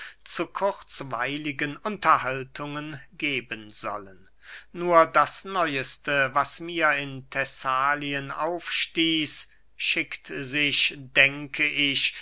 zu kurzweiligen unterhaltungen geben sollen nur das neueste was mir in thessalien aufstieß schickt sich denke ich